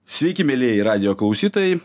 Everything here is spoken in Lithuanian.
sveiki mielieji radijo klausytojai